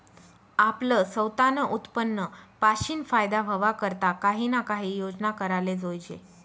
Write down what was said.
आपलं सवतानं उत्पन्न पाशीन फायदा व्हवा करता काही ना काही योजना कराले जोयजे